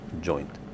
joint